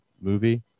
movie